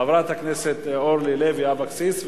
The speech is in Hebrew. חברת הכנסת אורלי לוי אבקסיס,